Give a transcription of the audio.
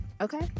Okay